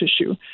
tissue